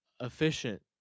efficient